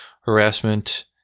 harassment